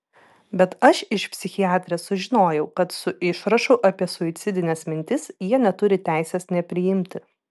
bet aš iš psichiatrės žinojau kad su išrašu apie suicidines mintis jie neturi teisės nepriimti